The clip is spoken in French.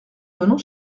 donnant